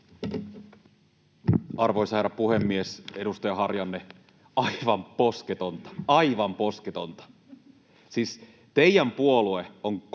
Arvoisa herra puhemies! Edustaja Harjanne: Aivan posketonta! Aivan posketonta!